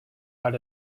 out